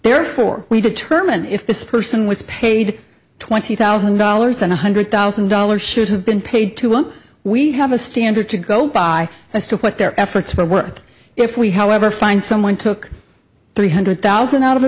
therefore we determine if this person was paid twenty thousand dollars and one hundred thousand dollars should have been paid to him we have a standard to go by as to what their efforts will work if we however find someone took three hundred thousand out of a